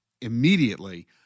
immediately